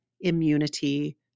Immunity